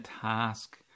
task